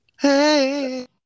hey